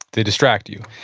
they distract you.